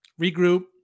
regroup